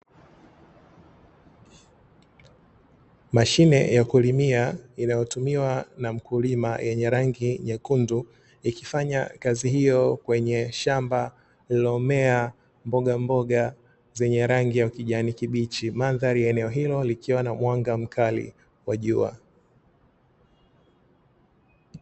Mashine ya kulimia inayotumiwa na mkulima yenye rangi nyekundu ikifanya kazi hiyo kwenye shamba lilomea mboga mboga zenye rangi ya kijani kibichi mandhari ya eneo hilo likiwa na mwanga mkali wa jua.